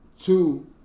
Two